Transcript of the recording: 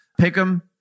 Pick'Em